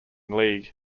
league